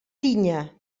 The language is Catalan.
tinya